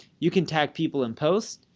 you can tag people in posts.